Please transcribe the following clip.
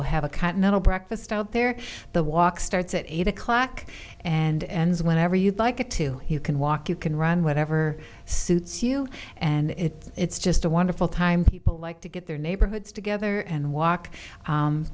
will have a continental breakfast out there the walk starts at eight o'clock and ends whenever you'd like it to you can walk you can run whatever suits you and if it's just a wonderful time people like to get their neighborhoods together and walk